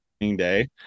day